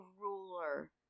ruler